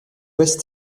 ouest